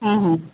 ହଁ ହଁ